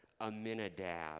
Aminadab